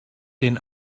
den